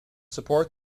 support